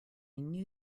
knew